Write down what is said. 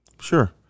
Sure